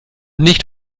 nicht